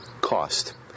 cost